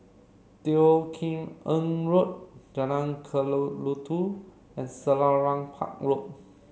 Teo Kim Eng Road Jalan Kelulut and Selarang Park Road